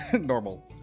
normal